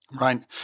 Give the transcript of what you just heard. right